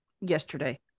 yesterday